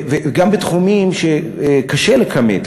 גם בתחומים שקשה לכמת,